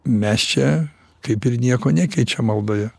mes čia kaip ir nieko nekeičia maldoje